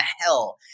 hell